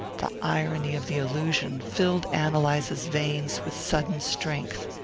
the irony of the allusion filled ann eliza's veins with sudden strength.